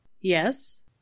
Yes